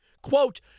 Quote